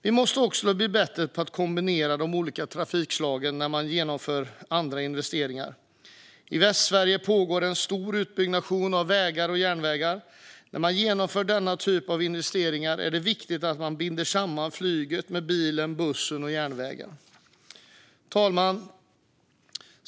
Vi måste också bli bättre på att kombinera de olika trafikslagen när andra investeringar genomförs. I Västsverige pågår en stor utbyggnation av vägar och järnvägar. När man genomför denna typ av investeringar är det viktigt att man binder samman flyget med bilen, bussen och järnvägen. Fru talman!